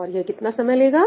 और यह कितना समय लेगा